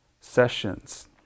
sessions